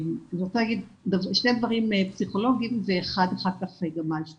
אני רוצה להגיד שני דברים בפן הפסיכולוגי ואחד מעשי.